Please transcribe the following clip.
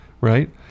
right